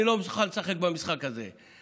אני לא מוכן לשחק במשחק הזה.